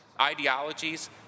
ideologies